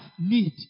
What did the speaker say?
need